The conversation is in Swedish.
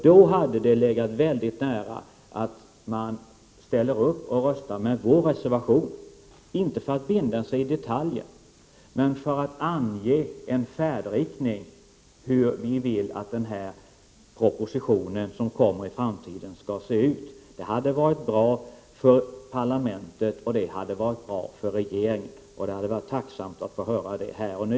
Då hade det legat nära till hands att ställa upp och rösta för vår reservation, inte för att binda sig i detaljer men för att ange en färdriktning — hur vi vill att den proposition som kommer i framtiden skall se ut. Det hade varit bra för parlamentet och för regeringen, och det hade varit tacknämligt att få höra det här och nu.